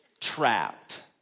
trapped